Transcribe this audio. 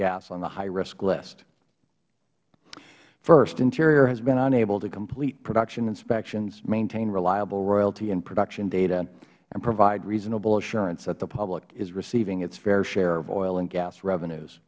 gas on the highrisk list first interior has been unable to complete production inspections maintain reliable royalty and production data and provide reasonable assurance that the public is receiving its fair share of oil and gas revenues